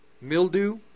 mildew